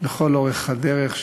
לכל אורך הדרך,